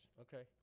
Okay